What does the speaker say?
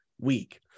week